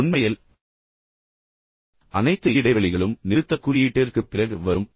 உண்மையில் அனைத்து இடைவெளிகளும் நிறுத்தற்குறியீட்டிற்குப் பிறகு வரும் அதற்கு முன் அல்ல